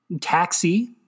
taxi